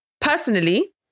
personally